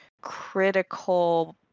critical